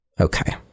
Okay